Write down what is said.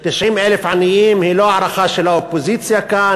90,000 עניים היא לא הערכה של האופוזיציה כאן,